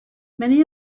many